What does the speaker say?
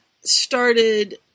started